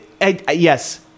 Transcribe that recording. Yes